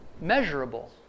measurable